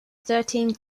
thirteen